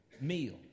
meal